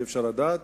אי-אפשר לדעת.